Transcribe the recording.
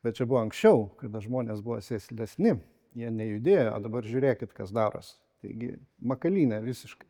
bet čia buvo anksčiau kada žmonės buvo sėslesni jie nejudėjo o dabar žiūrėkit kas daros taigi makalynė visiška